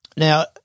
Now